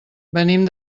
venim